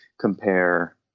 Compare